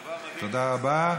דבר מדהים.